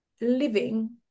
living